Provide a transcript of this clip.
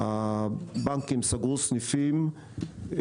הבנקים סגרו סניפים,